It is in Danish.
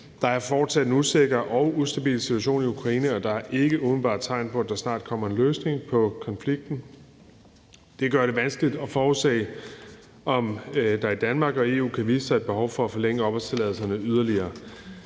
Der er fortsat en usikker og ustabil situation i Ukraine, og der er ikke umiddelbart tegn på, at der kommer en løsning på konflikten. Det gør det vanskeligt at forudse, om der i Danmark og EU kan vise sig et behov for at forlænge opholdstilladelserne yderligere.